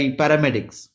paramedics